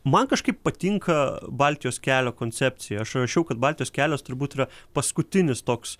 man kažkaip patinka baltijos kelio koncepcija aš rašiau kad baltijos kelias turbūt yra paskutinis toks